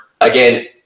again